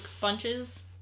bunches